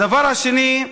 הדבר השני,